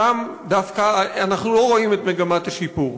שם דווקא אנחנו לא רואים את מגמת השיפור.